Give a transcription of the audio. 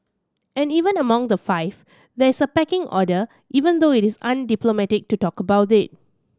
and even among the five there is a pecking order even though it is undiplomatic to talk about it